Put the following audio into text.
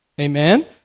Amen